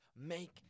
make